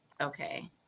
Okay